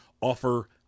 offer